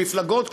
ומפלגות,